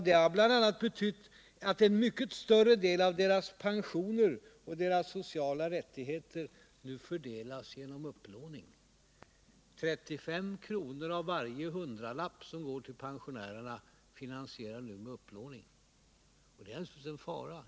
Det har betytt att en mycket större del av deras pensioner och sociala rättigheter nu fördelas genom upplåning. 35 kr. av varje hundralapp som går till pensionärerna finansierar ni med upplåning. Det är naturligtvis en fara.